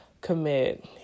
commit